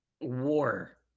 war